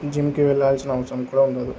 జిమ్కి వెళ్ళాల్సిన అవసరం కూడా ఉండదు